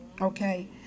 okay